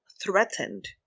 threatened